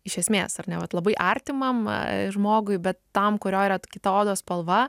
iš esmės ar ne vat labai artimam žmogui bet tam kurio yra kita odos spalva